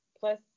plus